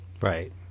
right